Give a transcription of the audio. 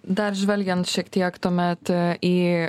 dar žvelgiant šiek tiek tuomet į